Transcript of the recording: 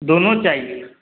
दोनों चाहिए